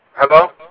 Hello